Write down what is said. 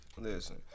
listen